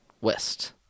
west